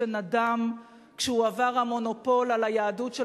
שנדם כשהועבר המונופול על היהדות של